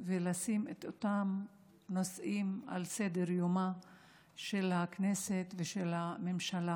ולשים את אותם נושאים על סדר-יומה של הכנסת ושל הממשלה,